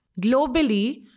Globally